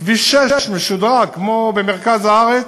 כביש 6 משודרג, כמו במרכז הארץ,